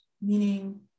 meaning